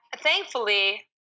thankfully